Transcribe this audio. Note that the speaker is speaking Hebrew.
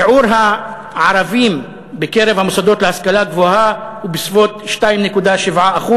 שיעור הערבים במוסדות להשכלה גבוהה הוא בסביבות 2.7%,